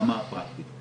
לפרקים מסוימים